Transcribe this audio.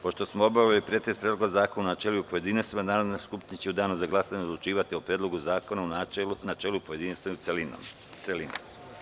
Pošto smo obavili pretres Predloga zakona u načelu i u pojedinostima, Narodna skupština će u danu za glasanje odlučivati o Predlogu zakona u načelu, pojedinostima i u celini.